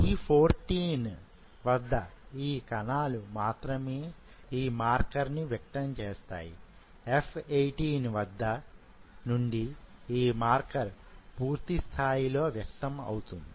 E14 వద్ద ఈ కణాలు మాత్రమే ఈ మార్కర్ని వ్యక్తం చేస్తాయి F18 వద్ద నుండి ఈ మార్కర్ పూర్తి స్థాయి లో వ్యక్తం అవుతుంది